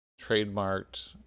trademarked